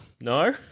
no